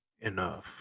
enough